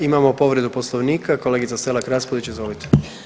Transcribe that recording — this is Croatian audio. Imamo povredu Poslovnika, kolegica Selak Raspudić, izvolite.